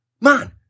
Man